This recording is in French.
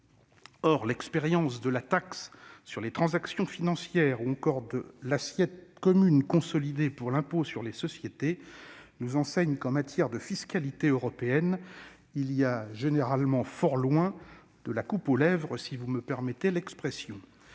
Or les expériences de la taxe sur les transactions financières ou encore de l'assiette commune consolidée pour l'impôt sur les sociétés nous enseignent qu'en matière de fiscalité européenne, il y a généralement fort loin de la coupe aux lèvres. Rien ne garantit donc